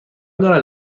دارد